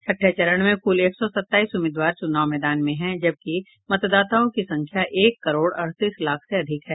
छठे चरण में कुल एक सौ सत्ताईस उम्मीदवार चुनाव मैदान में हैं जबकि मतदाताओं की संख्या एक करोड़ अड़तीस लाख से अधिक है